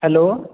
hello